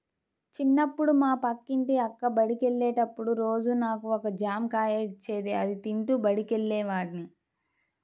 చిన్నప్పుడు మా పక్కింటి అక్క బడికెళ్ళేటప్పుడు రోజూ నాకు ఒక జాంకాయ ఇచ్చేది, అది తింటూ బడికెళ్ళేవాడ్ని